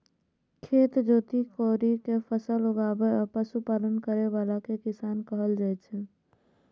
खेत जोति कोड़ि कें फसल उगाबै आ पशुपालन करै बला कें किसान कहल जाइ छै